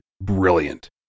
brilliant